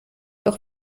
doch